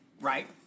Right